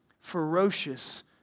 ferocious